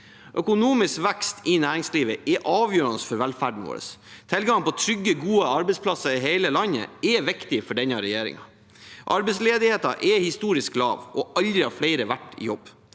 Økonomisk vekst i næringslivet er avgjørende for velferden vår. Tilgang på trygge, gode arbeidsplasser i hele landet er viktig for denne regjeringen. Arbeidsledigheten er historisk lav, og aldri har flere vært i jobb.